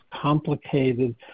complicated